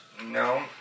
no